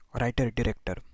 writer-director